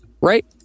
Right